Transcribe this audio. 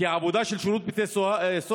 כי העבודה של שירות בתי הסוהר